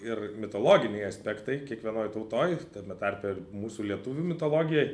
ir mitologiniai aspektai kiekvienoj tautoj tame tarpe ir mūsų lietuvių mitologijoj